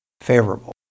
favorable